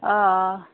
অঁ অঁ